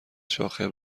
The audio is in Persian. شاخه